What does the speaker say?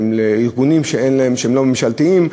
אלה ארגונים שהם לא ממשלתיים,